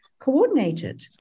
Coordinated